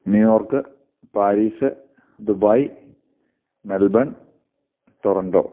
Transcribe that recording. New York Paris Dubai Melbourne Toronto